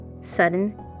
Sudden